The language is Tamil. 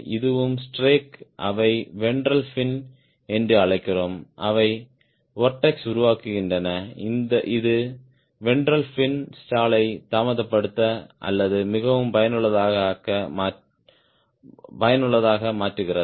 இதுவும் ஸ்ட்ரேக் அவை வென்ட்ரல் ஃபின் என்று அழைக்கின்றன அவை வொர்ட்ஸ் உருவாக்குகின்றன இது வென்ட்ரல் ஃபின் ஸ்டாலை தாமதப்படுத்த அல்லது மிகவும் பயனுள்ளதாக மாற்றுகிறது